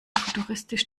futuristisch